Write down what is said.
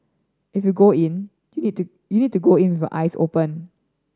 if you go in you need to you need to go in with eyes open